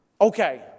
okay